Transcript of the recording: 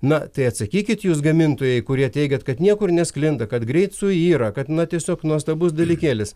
na tai atsakykit jūs gamintojai kurie teigiat kad niekur nesklinda kad greit suyra kad na tiesiog nuostabus dalykėlis